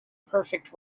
perfect